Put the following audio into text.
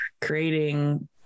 creating